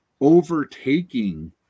overtaking